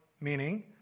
meaning